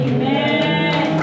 Amen